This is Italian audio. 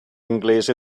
inglese